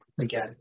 Again